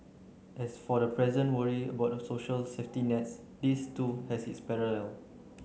as for the present worry about the social safety nets this too has its parallel